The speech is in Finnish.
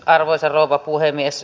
arvoisa rouva puhemies